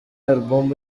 album